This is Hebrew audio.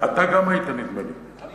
אתה גם היית, נדמה לי.